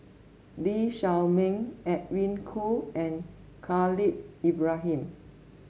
Lee Shao Meng Edwin Koo and Khalil Ibrahim